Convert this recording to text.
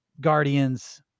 guardians